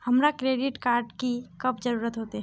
हमरा credit card की कब जरूरत होते?